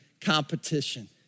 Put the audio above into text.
competition